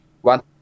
One